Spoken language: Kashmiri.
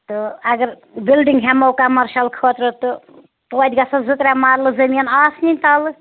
تہٕ اگر بِلڈِنٛگ ہٮ۪مو کَمَرشَل خٲطرٕ تہٕ تویتہِ گژھٮ۪س زٕ ترٛےٚ مرلہٕ زٔمیٖن آسنی تَلہٕ